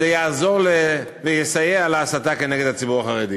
זה יעזור ויסייע להסתה נגד הציבור החרדי.